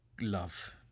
love